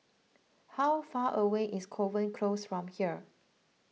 how far away is Kovan Close from here